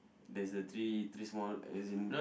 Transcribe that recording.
there's a three three small as in